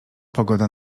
pogoda